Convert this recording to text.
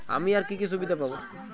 আমি আর কি কি সুবিধা পাব?